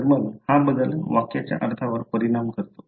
तर मग हा बदल वाक्याच्या अर्थावर परिणाम करतो